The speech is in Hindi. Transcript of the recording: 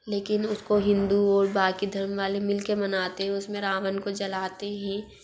लेकिन उसको हिन्दू और बाक़ी धर्म वाले मिल कर मनाते हे उस में रावन को जलाते हैं